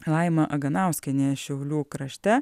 laima aganauskienė šiaulių krašte